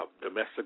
domestic